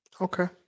Okay